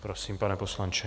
Prosím, pane poslanče.